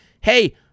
Hey